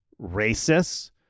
racists